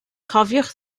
cofiwch